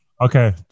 Okay